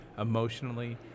emotionally